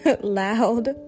loud